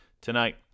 tonight